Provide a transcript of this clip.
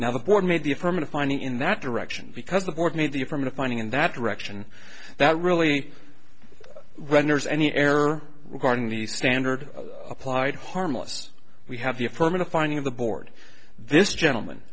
now the board made the affirmative finding in that direction because the board made the affirmative finding in that direction that really renders any error regarding the standard applied harmless we have the affirmative finding of the board this gentleman